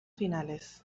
finales